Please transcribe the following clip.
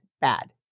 bad